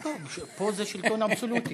פה זה שלטון אבסולוטי.